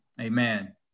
Amen